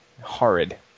horrid